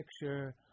picture